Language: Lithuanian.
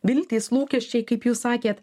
viltys lūkesčiai kaip jūs sakėt